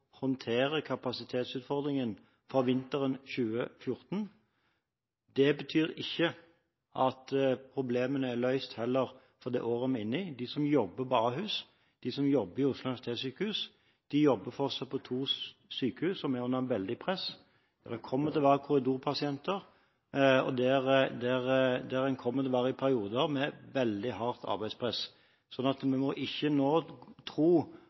håndtere kapasitetsutfordringen for vinteren 2014. Det betyr ikke at problemene er løst heller for det året vi er inne i. De som jobber på Ahus og på Oslo universitetssykehus, jobber fortsatt på to sykehus som er under veldig press, hvor det kommer til å være korridorpasienter, og der det kommer til å være perioder med veldig hardt arbeidspress. Så vi må ikke tro at problemene nå